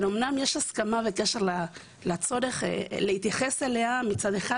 אמנם יש הסכמה בקשר לצורך להתייחס אליה מצד אחד,